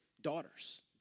daughters